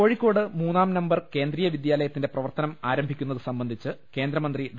കോഴിക്കോട് മൂന്നാം നമ്പർ കേന്ദ്രീയ വിദ്യാലയത്തിന്റെ പ്രവർത്തനം ആരംഭിക്കുന്നത് സംബന്ധിച്ച് കേന്ദ്രമന്ത്രി ഡോ